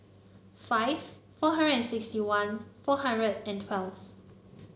five four hundred and sixty one four hundred and twelfth